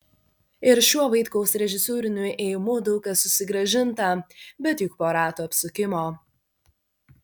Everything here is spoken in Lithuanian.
ir šiuo vaitkaus režisūriniu ėjimu daug kas susigrąžinta bet juk po rato apsukimo